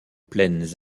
plaines